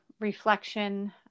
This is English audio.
reflection